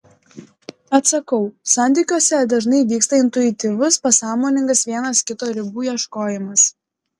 atsakau santykiuose dažnai vyksta intuityvus pasąmoningas vienas kito ribų ieškojimas